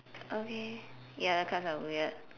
okay ya the cards are weird